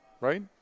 right